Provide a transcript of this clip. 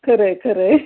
खरं आहे खरं आहे